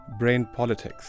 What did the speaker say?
brainpolitics